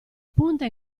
punta